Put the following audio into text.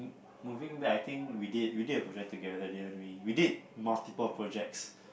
moving back I think we did we did a project together didn't we we did multiple projects